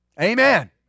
Amen